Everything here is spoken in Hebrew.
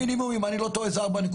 המינימום אם אני לא טועה זה 4.3,